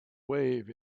wave